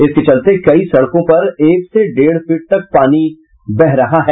इसके चलते कई सड़कों पर एक से डेढ़ फीट तक बाढ़ का पानी बह रहा है